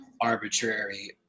arbitrary